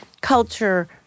culture